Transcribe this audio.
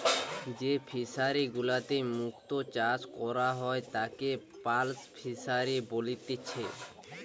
যেই ফিশারি গুলাতে মুক্ত চাষ করা হয় তাকে পার্ল ফিসারী বলেতিচ্ছে